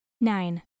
Nine